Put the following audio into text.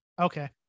Okay